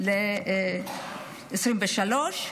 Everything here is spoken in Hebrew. ל-2023.